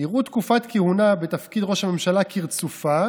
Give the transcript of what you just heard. כהונה בתפקיד ראש ממשלה כרצופה